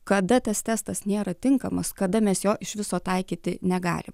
kada tas testas nėra tinkamas kada mes jo iš viso taikyti negalim